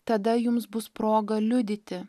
tada jums bus proga liudyti